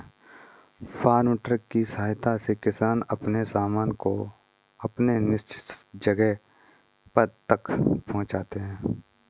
farm truck की सहायता से किसान अपने सामान को अपने निश्चित जगह तक पहुंचाते हैं